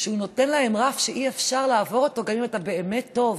שהוא נותן להם רף שאי-אפשר לעבור אותו גם אם אתה באמת טוב,